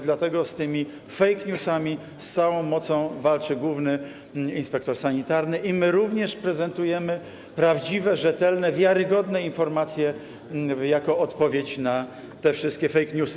Dlatego z tymi fake newsami z całą mocą walczy główny inspektor sanitarny i my również prezentujemy prawdziwe, rzetelne, wiarygodne informacje jako odpowiedź na te wszystkie fake newsy.